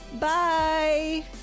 Bye